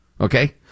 okay